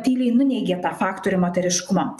tyliai nuneigė tą faktorių moteriškumo